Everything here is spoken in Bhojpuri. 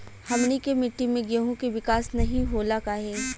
हमनी के मिट्टी में गेहूँ के विकास नहीं होला काहे?